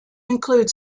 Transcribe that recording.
include